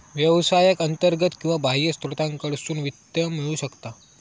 व्यवसायाक अंतर्गत किंवा बाह्य स्त्रोतांकडसून वित्त मिळू शकता